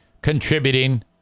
contributing